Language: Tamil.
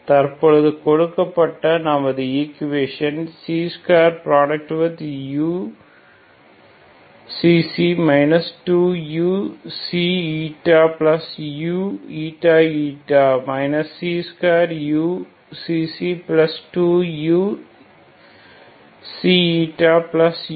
தற்பொழுது கொடுக்கப்பட்ட நமது ஈக்வடேசன் c2uξξ 2uξηuηη c2uξξ2uξηuηη0